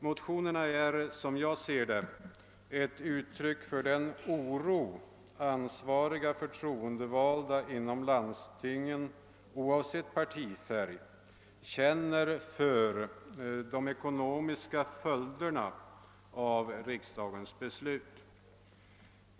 Motionerna är snarast ett uttryck för den oro som ansvariga förtroendevalda inom landstingen oavsett partifärg känner för de ekonomiska följderna av riksdagens beslut.